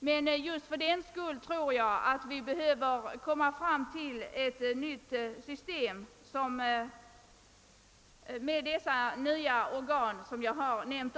Men just fördenskull tror jag att vi behöver skapa ett nytt system med sådana organ som jag nyss har nämnt.